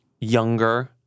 younger